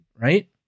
right